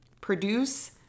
produce